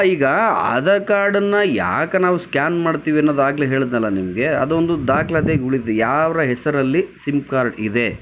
ಈಗ ಆಧಾರ್ ಕಾರ್ಡನ್ನು ಯಾಕೆ ನಾವು ಸ್ಕ್ಯಾನ್ ಮಾಡ್ತಿವಿ ಅನ್ನೋದು ಆಗ್ಲೇ ಹೇಳಿದ್ನಲ್ಲ ನಿಮಗೆ ಅದೊಂದು ದಾಖಲಾತ್ಯಾಗಿ ಉಳಿದು ಯಾರ ಹೆಸರಲ್ಲಿ ಸಿಮ್ ಕಾರ್ಡ್ ಇದೆ